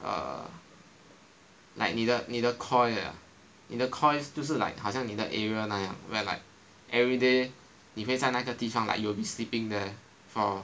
err like 你的你的 Coy ah 你的 Coy 就是 like 好像你的 area 那样 where like everyday 你会在那个地方 like you will be sleeping there for